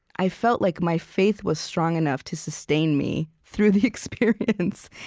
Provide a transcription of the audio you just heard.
i felt like my faith was strong enough to sustain me through the experience.